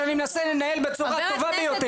שאני מנסה לנהל בצורה הטובה ביותר.